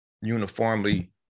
uniformly